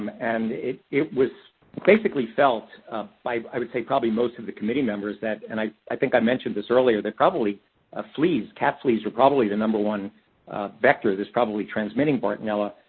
and and it was basically felt by, i would say, probably most of the committee members that, and i i think i mentioned this earlier, that probably ah fleas, cat fleas, are probably the number one vector that's probably transmitting bartonella.